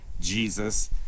Jesus